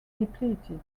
depleted